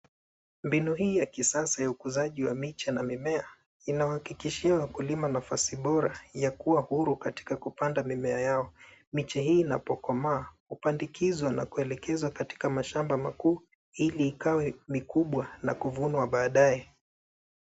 Mbinu hii ya kisasa ya ukuzaji wa miche na mimea, inawahakikishia wakulima nafasi bora ya kuwa huru katika kupanda mimea yao. Miche hii inapokomaa, hupandikizwa na kuelekezwa katika mashamba makuu ili ikawe mikubwa na kuvunwa baadaye.